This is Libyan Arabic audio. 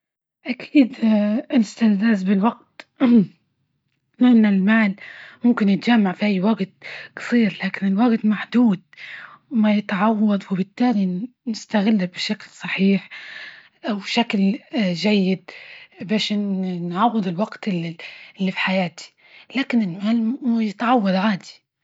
أكيد أستزداد بالوجت، لأن المال ممكن يتجمع في أي وجت جصير، لكن الوجت محدود وما يتعوض وبالتالي نستغله بشكل صحيح أو بشكل جيد، بش ن- نعوض الوقت ال اللى بحياتى، لكن ما يتعوض عادى.